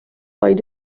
vaid